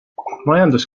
majandus